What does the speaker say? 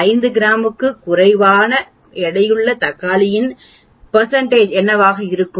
5 கிராமுக்கும் குறைவான எடையுள்ள தக்காளியின் என்னவாக இருக்கும்